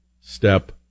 step